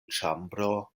ĉambro